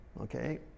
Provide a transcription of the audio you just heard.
Okay